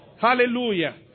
Hallelujah